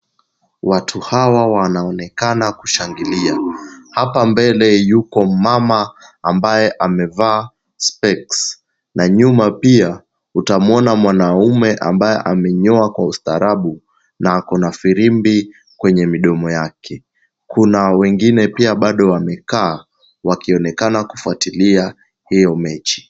Watu hawa wanaonekana kushangilia, hapa mbele yuko mama ambaye amevaa specs na nyuma pia utamwona mwanaume ambaye amenyoa kwa ustarabu na ako na firimbi kwenye midomo yake. Kuna wengine pia bado wamekaa wakionekana kufuatilia hiyo mechi.